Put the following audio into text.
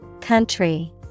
Country